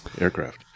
aircraft